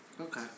Okay